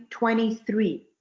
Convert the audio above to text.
23